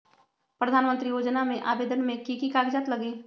प्रधानमंत्री योजना में आवेदन मे की की कागज़ात लगी?